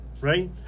right